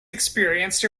experienced